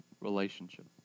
relationship